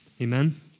Amen